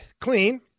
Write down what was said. clean